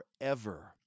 forever